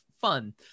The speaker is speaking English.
fun